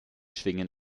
schwingen